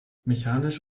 mechanisch